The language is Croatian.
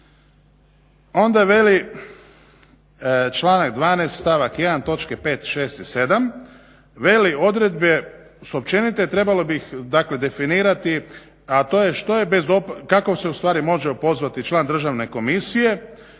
Onda veli članak 12.stavak 1.točke 5., 6. i 7. Veli odredbe su općenite i trebalo bi ih definirati a to je kako se ustvari može opozvati član državne komisije.